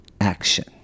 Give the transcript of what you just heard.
action